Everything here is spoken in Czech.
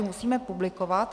Musíme publikovat.